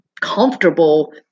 comfortable